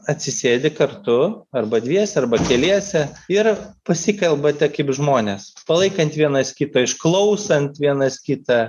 atsisėdi kartu arba dviese arba keliese ir pasikalbate kaip žmonės palaikant vienas kitą išklausant vienas kitą